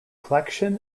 collection